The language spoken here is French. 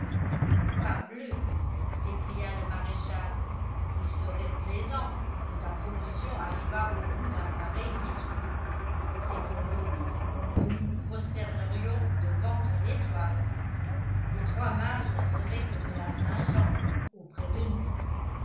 parbleu s'écria le maréchal il serait plaisant que ta promotion arrivât au bout d'un pareil discours c'est pour le coup que nous nous prosternerions devant ton étoile les rois mages ne seraient que de la saint-jean auprès de nous